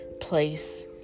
place